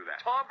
Tom